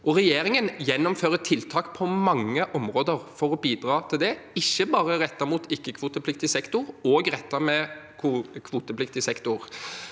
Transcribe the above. Regjeringen gjennomfører tiltak på mange områder for å bidra til det, ikke bare rettet mot ikke-kvotepliktig sektor, men også rettet mot kvotepliktig sektor.